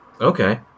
Okay